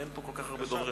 אין פה כל כך הרבה דוברים.